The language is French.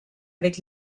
avec